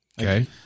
Okay